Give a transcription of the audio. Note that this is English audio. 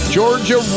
Georgia